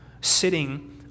sitting